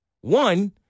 One